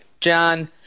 John